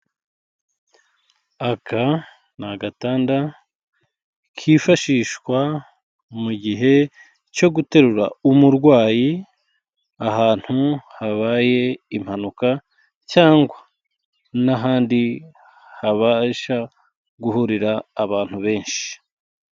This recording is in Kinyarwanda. Aka ni agatanda kifashishwa mu gihe cyo guterura umurwayi ahantu habaye impanuka, cyangwa n'ahandi habasha guhurira abantu benshi.